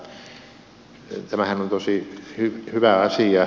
tämähän on tosi hyvä asia